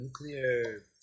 nuclear